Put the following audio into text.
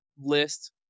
list